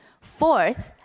Fourth